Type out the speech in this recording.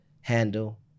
handle